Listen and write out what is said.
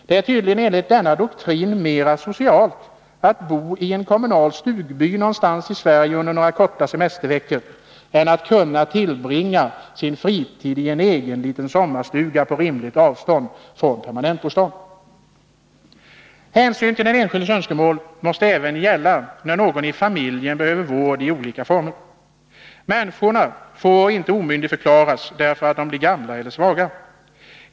Det är tydligen enligt denna doktrin mera socialt att bo i en kommunal stugby någonstans i Sverige under några korta semesterveckor än att tillbringa sin fritid i en egen liten sommarstuga på rimligt avstånd från permanentbostaden. Hänsyn till den enskildes önskemål måste även gälla när någon i familjen behöver vård i olika former. Människorna får inte omyndigförklaras därför att de blir gamla eller svaga.